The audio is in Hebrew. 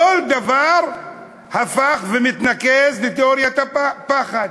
כל דבר הפך ומתנקז לתאוריית הפחד.